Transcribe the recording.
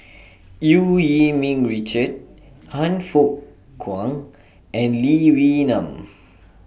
EU Yee Ming Richard Han Fook Kwang and Lee Wee Nam